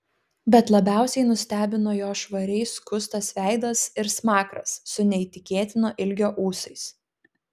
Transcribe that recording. bet labiausiai nustebino jo švariai skustas veidas ir smakras su neįtikėtino ilgio ūsais